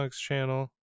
channel